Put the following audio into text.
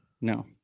no